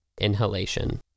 Inhalation